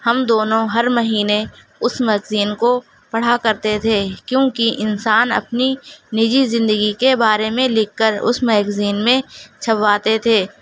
ہم دونوں ہر مہینے اس مگزین کو پڑھا کرتے تھے کیوںکہ انسان اپنی نجی زندگی کے بارے میں لکھ کر اس میگزین میں چھپواتے تھے